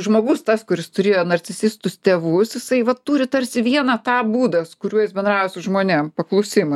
žmogus tas kuris turėjo narcisistus tėvus jisai vat turi tarsi vieną tą būdą su kuriuo jis bendrauja su žmonėm paklusimo